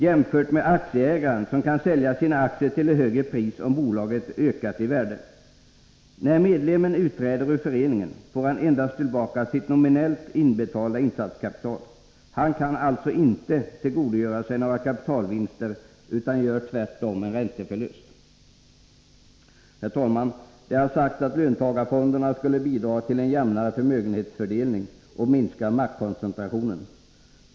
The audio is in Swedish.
Jämför med aktieägaren som kan sälja sina aktier till ett högre pris om bolaget ökat i värde. När medlemmen utträder ur föreningen, får han endast tillbaka sitt nominellt inbetalda insatskapital. Han kan alltså inte tillgodogöra sig några kapitalvinster utan gör tvärtom en ränteförlust. Herr talman! Det har sagts att löntagarfonderna skulle bidra till en jämnare förmögenhetsfördelning och minska maktkoncentrationen.